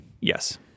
Yes